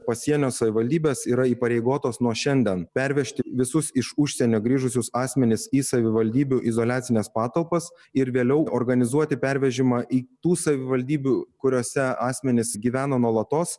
pasienio savivaldybės yra įpareigotos nuo šiandien pervežti visus iš užsienio grįžusius asmenis į savivaldybių izoliacines patalpas ir vėliau organizuoti pervežimą į tų savivaldybių kuriose asmenys gyveno nuolatos